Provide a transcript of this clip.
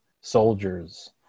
Soldiers